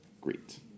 Great